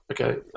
okay